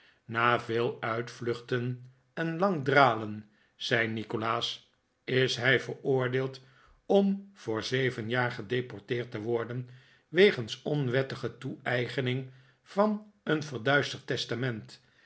na veel uitvluchten en lang dralen zei nikolaas is hij veroordeeld om voor zeven jaar gedeporteerd te worden wegens onwettige toeeigening van een verduisterd testament